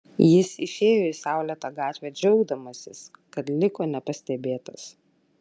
jis išėjo į saulėtą gatvę džiaugdamasis kad liko nepastebėtas